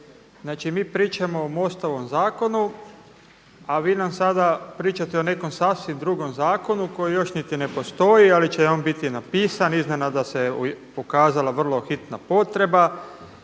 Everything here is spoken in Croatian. mi pričamo o MOST-ovom zakonu, a vi nam sada pričate o nekom sasvim drugom zakonu koji još niti ne postoji, ali će on biti napisan. Iznenada se pokazala vrlo hitna potreba.